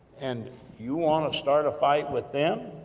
and you want to start a fight with them?